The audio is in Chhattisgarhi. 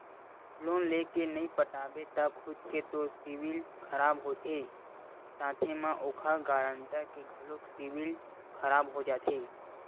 लोन लेय के नइ पटाबे त खुद के तो सिविल खराब होथे साथे म ओखर गारंटर के घलोक सिविल खराब हो जाथे